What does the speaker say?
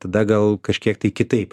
tada gal kažkiek tai kitaip